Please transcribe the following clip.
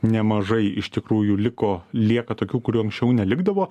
nemažai iš tikrųjų liko lieka tokių kurių anksčiau nelikdavo